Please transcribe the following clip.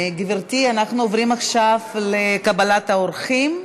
גברתי, אנחנו עוברים עכשיו לקבלת האורחים?